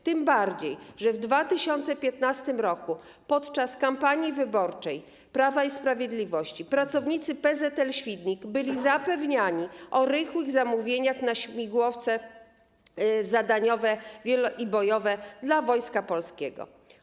Tym bardziej że w 2015 r., podczas kampanii wyborczej Prawa i Sprawiedliwości, pracownicy PZL-Świdnik byli zapewniani o rychłych zamówieniach na śmigłowce zadaniowe i bojowe dla Wojska Polskiego.